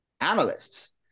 analysts